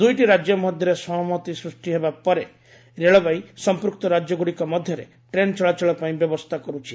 ଦୁଇଟି ରାଜ୍ୟ ମଧ୍ୟରେ ସହମତି ସୃଷ୍ଟି ହେବା ପରେ ରେଳବାଇ ସମ୍ପକ୍ତ ରାଜ୍ୟଗ୍ରଡ଼ିକ ମଧ୍ୟରେ ଟ୍ରେନ୍ ଚଳାଚଳ ପାଇଁ ବ୍ୟବସ୍ଥା କରୁଛି